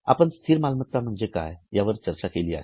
आपण स्थिर मालमत्ता म्हणजे काय यावर चर्चा केली आहे